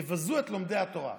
יבזו את לומדי התורה.